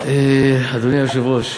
אדוני היושב-ראש,